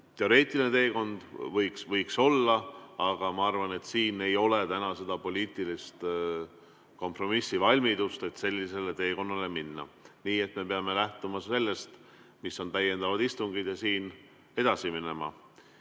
teoreetiline teekond? Võiks olla, aga ma arvan, et siin ei ole täna poliitilist kompromissivalmidust, et sellisele teekonnale minna. Nii et me peame lähtuma sellest, mis on täiendavad istungid, ja siit edasi minema.